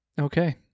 okay